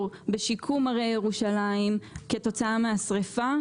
בשיקום הרי ירושלים כתוצאה מן השרפה?